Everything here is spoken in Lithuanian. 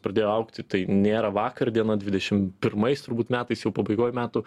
pradėjo augti tai nėra vakar diena dvidešim pirmais turbūt metais jų pabaigoj metų